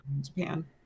Japan